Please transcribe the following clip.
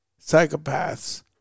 psychopaths